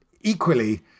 equally